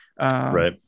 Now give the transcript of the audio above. right